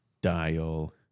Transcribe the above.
Dial